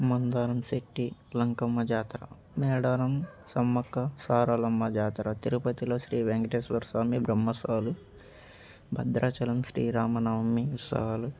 మందారం సెట్టి లంకమ్మ జాతర మేడారం సమ్మక్క సారళమ్మ జాతర తిరుపతిలో శ్రీ వెంకటేశ్వర స్వామి బ్రహ్మోత్సవాలు భద్రాచలం శ్రీరామనవమీ ఉత్సవాలు